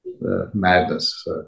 madness